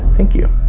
thank you